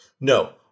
no